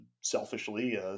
selfishly